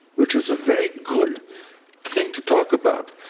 which is a very good thing to talk about,